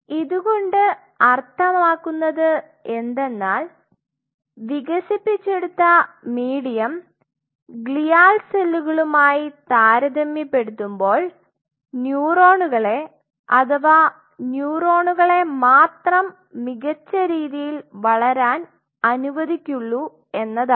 ഇതുകൊണ്ട് അർത്ഥമാക്കുന്നത് എന്തെന്നാൽ വികസിപ്പിച്ചെടുത്ത മീഡിയം ഗ്ലിയൽ സെല്ലുകളുമായി താരതമ്യപ്പെടുത്തുമ്പോൾ ന്യൂറോണുകളെ അഥവാ ന്യൂറോണുകളെ മാത്രം മികച്ച രീതിയിൽ വളരാൻ അനുവദിക്കുള്ളൂ എന്നാണ്